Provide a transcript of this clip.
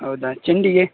ಹೌದಾ ಚೆಂಡಿಗೆ